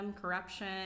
corruption